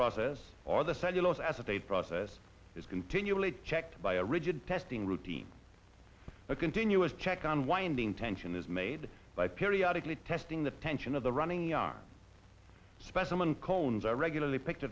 process or the cellulose acetate process is continually checked by a rigid testing routine a continuous check on winding tension is made by periodically testing the tension of the running our specimen cones are regularly picked